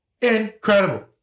Incredible